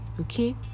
okay